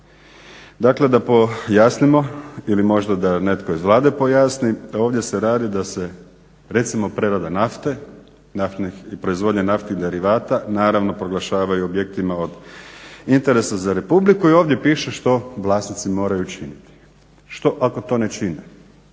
Dakle, da pojasnimo ili da možda neko iz Vlade pojasni, ovdje se radi da se recimo prerada nafte i proizvodnja naftnih derivata naravno proglašavaju objektima od interesa za republiku i ovdje piše što vlasnici moraju činiti. Što ako to ne čine?